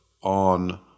on